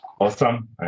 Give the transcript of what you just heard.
awesome